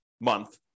month